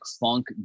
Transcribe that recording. funk